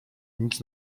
nic